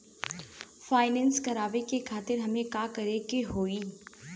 Finance करावे खातिर हमें का करे के होई?